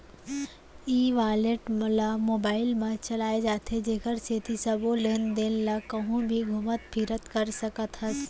ई wallet ल mobile म चलाए जाथे जेकर सेती सबो लेन देन ल कहूँ भी घुमत फिरत कर सकत हस